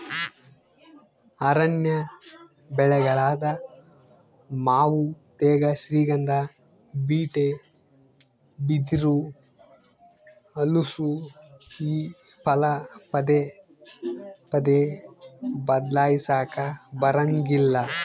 ಅರಣ್ಯ ಬೆಳೆಗಳಾದ ಮಾವು ತೇಗ, ಶ್ರೀಗಂಧ, ಬೀಟೆ, ಬಿದಿರು, ಹಲಸು ಈ ಫಲ ಪದೇ ಪದೇ ಬದ್ಲಾಯಿಸಾಕಾ ಬರಂಗಿಲ್ಲ